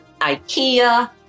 Ikea